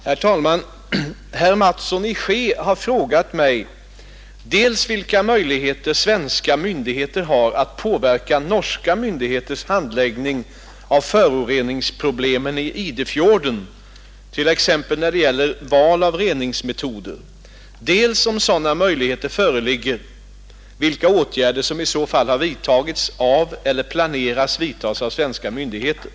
Herr talman! Herr Mattsson i Skee har frågat mig dels vilka möjligheter svenska myndigheter har att påverka norska myndigheters handläggning av föroreningsproblemen i Idefjorden, t.ex. när det gäller val av reningsmetoder, dels — om sådana möjligheter föreligger — vilka åtgärder som i så fall har vidtagits av eller planeras vidtas av svenska myndigheter.